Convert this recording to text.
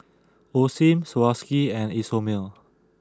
Osim Swarovski and Isomil